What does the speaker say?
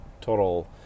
total